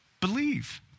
believe